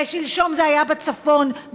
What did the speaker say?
ושלשום זה היה בצפון,